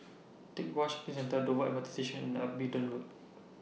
Teck Whye Shopping Centre Dover M R T Station and Abingdon Road